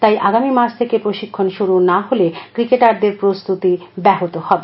তাই আাগামী মাস থেকে প্রশিক্ষণ শুরু না হলে ক্রিকেটারদের প্রস্তুতি ব্যাহত হবে